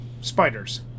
Spiders